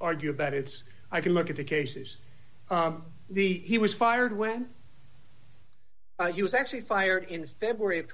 argue about it's i can look at the cases the he was fired when he was actually fired in february of